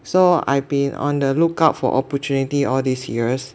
so I have been on the lookout for opportunity all these years